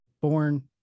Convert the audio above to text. born